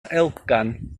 elgan